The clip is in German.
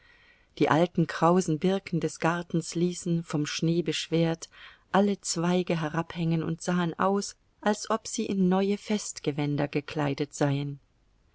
die alten krausen birken des gartens ließen vom schnee beschwert alle zweige herabhängen und sahen aus als ob sie in neue festgewänder gekleidet seien